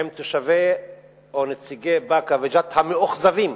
עם תושבי או נציגי באקה וג'ת המאוכזבים,